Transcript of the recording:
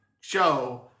show